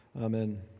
Amen